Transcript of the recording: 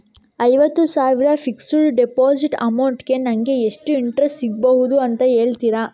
ಐವತ್ತು ಸಾವಿರ fixed deposit amount ಗೆ ನಂಗೆ ಎಷ್ಟು ಇಂಟ್ರೆಸ್ಟ್ ಸಿಗ್ಬಹುದು ಅಂತ ಹೇಳ್ತೀರಾ?